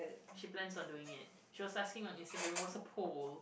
she plans on doing it she was asking on Instagram it was a poll